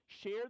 share